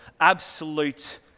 absolute